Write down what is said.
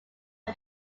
are